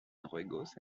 juegos